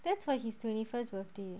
that's for his twenty first birthday